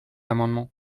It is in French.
amendement